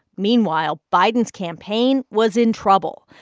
meanwhile, biden's campaign was in trouble.